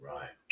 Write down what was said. Right